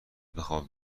بخواب